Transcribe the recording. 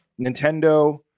Nintendo